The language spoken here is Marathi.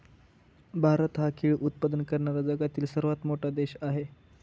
भारत हा केळी उत्पादन करणारा जगातील सर्वात मोठा देश आहे